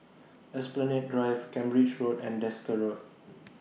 Esplanade Drive Cambridge Road and Desker Road